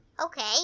okay